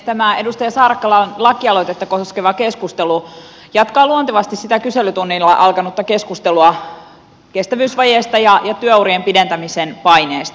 tämä edustaja saarakkalan lakialoitetta koskeva keskustelu jatkaa luontevasti sitä kyselytunnilla alkanutta keskustelua kestävyysvajeesta ja työurien pidentämisen paineesta